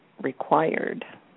required